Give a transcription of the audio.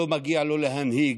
לא מגיע לו להנהיג,